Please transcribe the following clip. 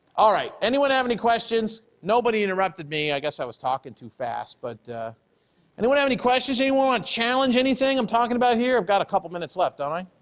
all right, anyone have any questions? nobody interrupted me, i guess i was talking too fast but anyone have any questions anyone or challenge anything i'm talking about here. i've got a couple minutes left, don't i?